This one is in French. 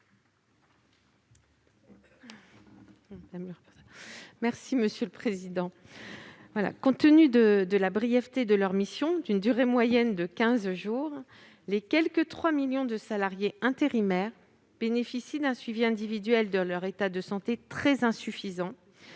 est à Mme le rapporteur. Compte tenu de la brièveté de leurs missions, d'une durée moyenne de quinze jours, les quelque trois millions de salariés intérimaires bénéficient d'un suivi individuel de leur état de santé très insuffisant